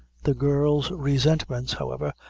the girl's resentments, however,